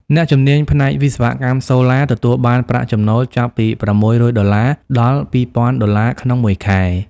អ្នកជំនាញផ្នែកវិស្វកម្មសូឡាទទួលបានប្រាក់ចំណូលចាប់ពី ៦០០ ដុល្លារ ដល់ ២,០០០ ដុល្លារ ក្នុងមួយខែ។